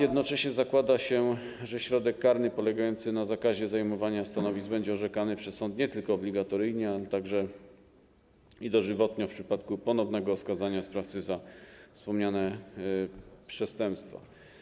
Jednocześnie zakłada się, że środek karny polegający na zakazie zajmowania stanowisk będzie orzekany przez sąd nie tylko obligatoryjnie, ale także dożywotnio w przypadku ponownego skazania sprawcy za wspomniane przestępstwo.